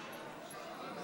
(חברת הכנסת חנין זועבי יוצאת מאולם המליאה.) חברת הכנסת עאידה